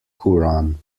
quran